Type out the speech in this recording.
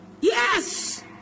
Yes